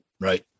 Right